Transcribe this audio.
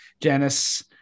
Janice